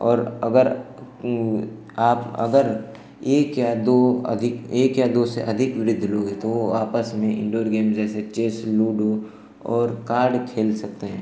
और अगर आप अगर एक या दो अधिक एक या दो से अधिक वृद्ध लोग हैं तो वो आपस में इनडोर गेम्स जैसे चेस लूडो और कार्ड खेल सकते हैं